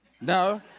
No